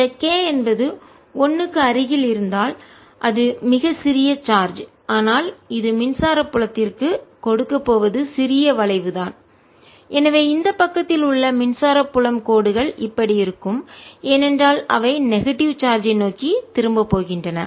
இந்த K என்பது 1 க்கு அருகில் இருந்தால் அது மிகச் சிறிய சார்ஜ் ஆனால் அது மின்சார புலத்திற்கு கொடுக்கப் போவது சிறிய வளைவு தான் எனவே இந்த பக்கத்தில் உள்ள மின்சார புலம் கோடுகள் இப்படி இருக்கும் ஏனென்றால் அவை நெகடிவ் எதிர்மறை சார்ஜ் ஐ நோக்கி திரும்ப போகின்றன